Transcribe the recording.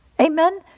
Amen